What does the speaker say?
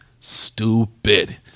stupid